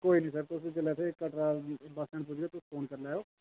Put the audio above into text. कोई नी सर तुस जेल्लै कटरा आइयै बस स्टैंड पुजगे तुस फोन करी लैएओ